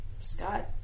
Scott